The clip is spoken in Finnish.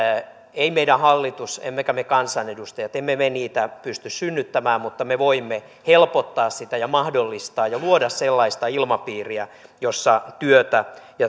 ei meidän hallituksemme emmekä me kansanedustajat niitä pysty synnyttämään mutta me voimme helpottaa ja mahdollistaa ja luoda sellaista ilmapiiriä jossa työtä